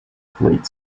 fleet